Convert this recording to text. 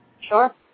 Sure